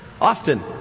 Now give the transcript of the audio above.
Often